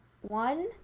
one